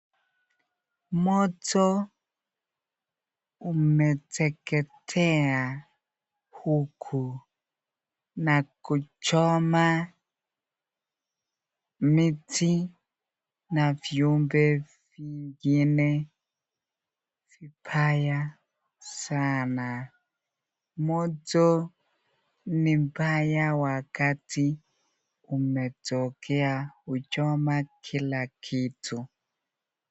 Moto umeteketea huku na kuchoma miti na viumbe vingine vibaya sana, moto ni mbaya wakati umetokea huchoma kila kitu.